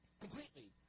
completely